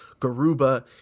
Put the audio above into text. Garuba